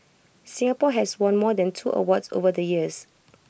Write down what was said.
Singapore has won more than two awards over the years